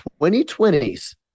2020s